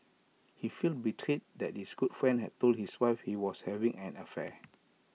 he felt betrayed that his good friend had told his wife he was having an affair